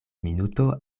minuto